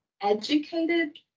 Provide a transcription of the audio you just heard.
educated